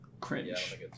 cringe